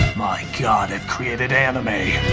my god, i've created anime.